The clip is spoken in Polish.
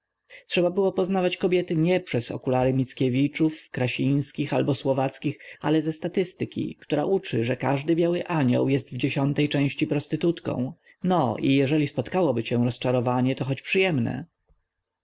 trzeba było poznawać kobiety nie przez okulary mickiewiczów krasińskich albo słowackich ale ze statystyki która uczy że każdy biały anioł jest w dziesiątej części prostytutką no i jeżeli spotkałoby cię rozczarowanie to choć przyjemne